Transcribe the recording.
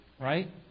right